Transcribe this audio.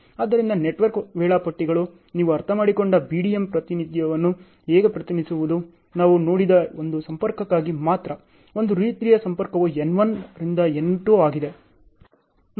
ಆದ್ದರಿಂದ ನೆಟ್ವರ್ಕ್ ವೇಳಾಪಟ್ಟಿಗಳು ನೀವು ಅರ್ಥಮಾಡಿಕೊಂಡ BDM ಪ್ರಾತಿನಿಧ್ಯವನ್ನು ಹೇಗೆ ಪ್ರತಿನಿಧಿಸುವುದು ನಾವು ನೋಡಿದ ಒಂದು ಸಂಪರ್ಕಕ್ಕಾಗಿ ಮಾತ್ರ ಒಂದು ರೀತಿಯ ಸಂಪರ್ಕವು N1 ರಿಂದ N2 ಆಗಿದೆ